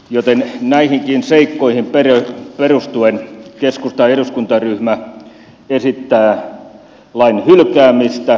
joten näihinkin seikkoihin perustuen keskustan eduskuntaryhmä esittää lain hylkäämistä